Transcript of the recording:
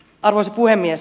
arvoisa puhemies